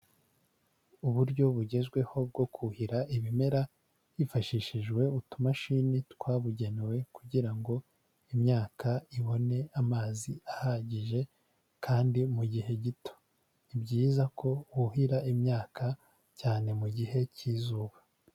Uburyo bugezweho bwo kuhira ibimera hifashishijwe utumashini twabugenewe kugira ngo imyaka ibone amazi ahagije kandi mu gihe gito, ni byiza ko wuhira imyaka cyane mu gihe cy'izuba.